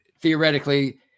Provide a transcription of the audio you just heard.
theoretically